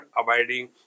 abiding